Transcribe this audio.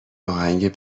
آهنگ